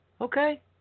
okay